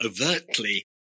overtly